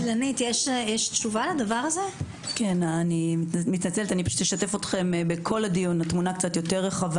לכן הגענו עד הלום.